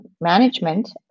management